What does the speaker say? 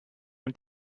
und